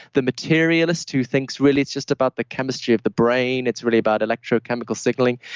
the materialist who thinks really it's just about the chemistry of the brain. it's really about electrochemical signaling.